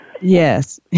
Yes